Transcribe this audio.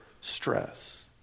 stress